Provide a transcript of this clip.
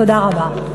תודה רבה.